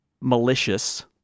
malicious